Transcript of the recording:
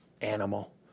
animal